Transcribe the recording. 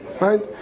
Right